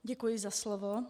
Děkuji za slovo.